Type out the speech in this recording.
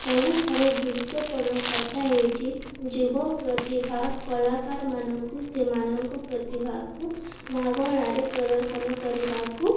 ସବୁଠାରୁ ଗୁରୁତ୍ୱପୂର୍ଣ୍ଣ କଥା ହେଉଛିି ଯୁବ ପ୍ରତିଭା କଳାକାରମାନଙ୍କୁ ସେମାନଙ୍କ ପ୍ରତିଭାକୁ ମାଗଣାରେ ପ୍ରଦର୍ଶନ କରିବାକୁ